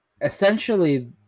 essentially